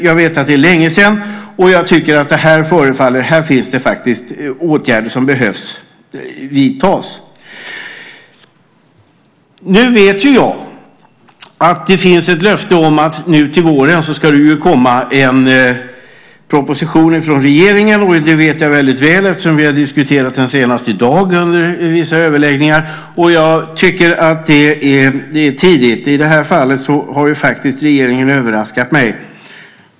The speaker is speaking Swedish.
Jag vet att det är länge sedan, och här behöver åtgärder vidtas. Jag vet att det finns ett löfte om att det nu till våren ska komma en proposition från regeringen. Det vet jag väldigt väl eftersom vi har diskuterat den senast i dag under vissa överläggningar. Jag tycker att det är tidigt - i det här fallet har regeringen faktiskt överraskat mig.